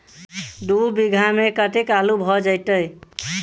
दु बीघा मे कतेक आलु भऽ जेतय?